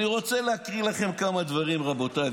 אני רוצה להקריא לכם כמה דברים, רבותיי.